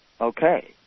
okay